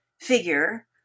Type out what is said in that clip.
figure